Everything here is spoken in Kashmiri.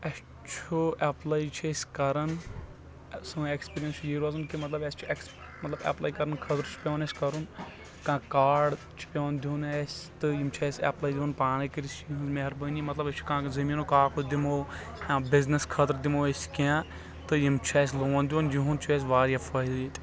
اَسہِ چھُ اٮ۪پلے چھ أسۍ کران سأنۍ اٮ۪کسپیٖرینس چھ یی روزان مظلب اٮ۪پلے کرنہٕ خأطرٕ چھُ پٮ۪وان اسہِ کرُن کانٛہہ کاڑ چھُ پٮ۪وان دیُن اَسہِ تہٕ یِم چھ اَسہِ اٮ۪پلے دِوان پانے کرِٔتھ سُہ چھ یِہنٛز مہربأنی مطلب أسۍ چھ کانٛہہ زمیٖنُک کاکُد دِمو یا بزنس خأطرٕ دِمو أسۍ کیٚنٛہہ تہٕ یِمہٕ چھ اَسہِ لون دِوان تہٕ یِہُنٛد چھ اَسہِ واریاہ فٲیدٕ ییٚتہِ